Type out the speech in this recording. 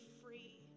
free